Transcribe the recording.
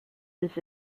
this